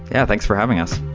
yeah, thanks for having us.